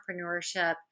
entrepreneurship